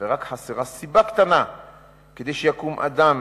ורק חסרה סיבה קטנה כדי שיקום אדם